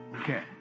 Okay